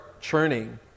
churning